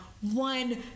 one